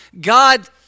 God